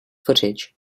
footage